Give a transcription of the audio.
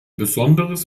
besonderes